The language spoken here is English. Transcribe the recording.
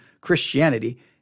Christianity